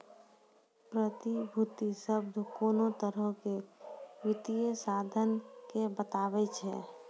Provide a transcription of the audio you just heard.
प्रतिभूति शब्द कोनो तरहो के वित्तीय साधन के बताबै छै